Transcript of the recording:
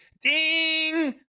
ding